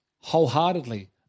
wholeheartedly